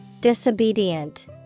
Disobedient